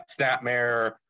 Snapmare